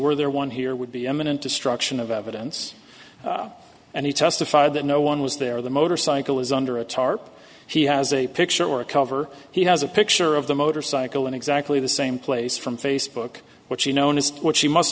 were there one here would be eminent destruction of evidence and he testified that no one was there the motorcycle is under a tarp he has a picture or a cover he has a picture of the motorcycle in exactly the same place from facebook which he known as what she must